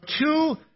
two